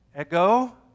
Ego